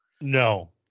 no